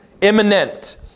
Imminent